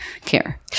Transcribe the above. care